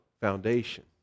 foundation